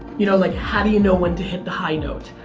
you know like how do you know when to hit the high note?